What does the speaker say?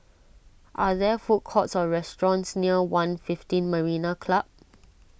are there food courts or restaurants near one fifteen Marina Club